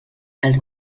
els